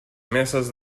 meses